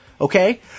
okay